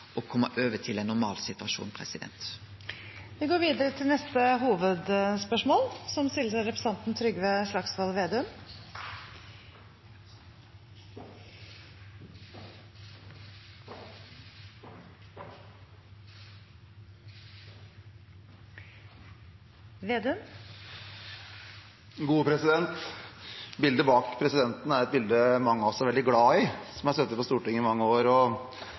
og me er òg villige til å gjere det framover, men me ønskjer fortast mogleg å kome over til ein normal situasjon. Vi går videre til neste hovedspørsmål. Bildet bak presidenten er et bilde mange av oss som har sittet på Stortinget i mange år,